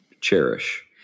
cherish